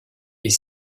est